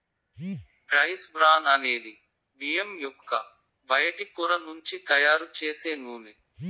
rice bran అనేది బియ్యం యొక్క బయటి పొర నుంచి తయారు చేసే నూనె